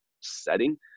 setting